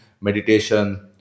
meditation